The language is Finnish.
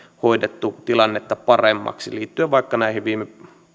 hoidettu tilannetta paremmaksi liittyen vaikka näihin viime